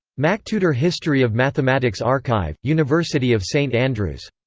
mactutor history of mathematics archive, university of st andrews.